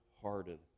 hearted